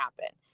happen